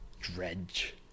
dredge